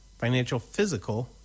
financialphysical